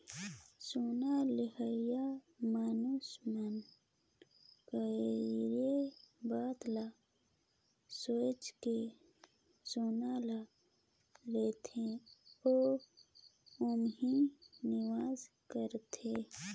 सोना लेहोइया मइनसे मन कइयो बात ल सोंएच के सोना ल लेथे अउ ओम्हां निवेस करथे